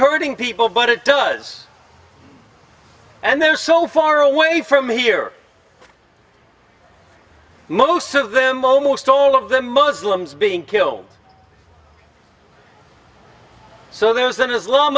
hurting people but it does and they're so far away from here most of them almost all of the muslims being killed so there was then as lo